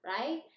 right